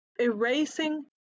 erasing